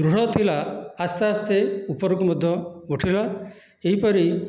ଦୃଢ ଥିଲା ଆସ୍ତେ ଆସ୍ତେ ଉପରକୁ ମଧ୍ୟ ଉଠିଲା ଏହିପରି